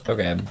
Okay